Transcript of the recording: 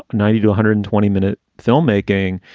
ninety to a hundred and twenty minute filmmaking.